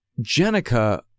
Jenica